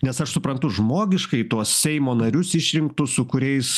nes aš suprantu žmogiškai tuos seimo narius išrinktus su kuriais